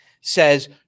says